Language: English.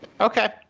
Okay